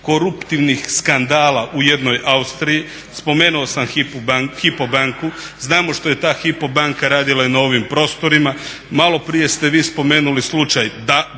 koruptivnih skandala u jednoj Austriji. Spomenuo sam Hypo banku, znamo što je ta Hypo banka radila i na ovim prostorima. Malo prije ste vi spomenuli slučaj